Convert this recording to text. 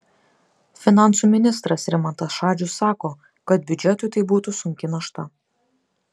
finansų ministras rimantas šadžius sako kad biudžetui tai būtų sunki našta